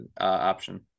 option